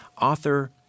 author